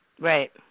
Right